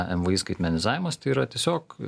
mvį skaitmenizavimas tai yra tiesiog